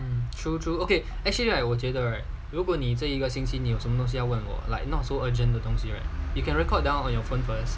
true true okay actually right 我觉得如果 right 你这一个星期呢有什么东西要问我 like not so urgent 的东西 right you can record down on your phone first